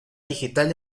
digital